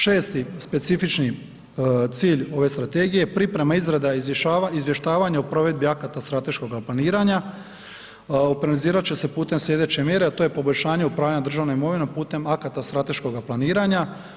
6. specifični cilj ove strategije je priprema, izrada i izvještavanje o provedbi akata strateškog planiranja ... će se putem sljedeće mjere a to je poboljšanje upravljanja državnom imovinom putem akata strateškoga planiranja.